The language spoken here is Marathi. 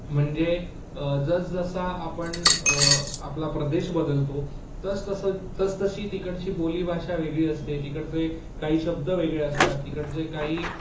म्हणजे जसजसा आपण आपला प्रदेश बदलतो तसतसं तसतशी तिकडची बोलीभाषा वेगळी असते तिकडचे काही शब्द वेगळे असतात तिकडचे काही